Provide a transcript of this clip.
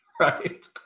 right